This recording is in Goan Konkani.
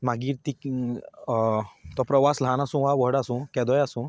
मागीर ती प्रवास ल्हान आसूं वा व्हड आसूं केदोय आसूं